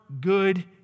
good